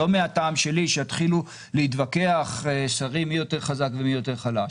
לא מהטעם שלי שיתחילו להתווכח שרים מי יותר חזק ומי יותר חלש.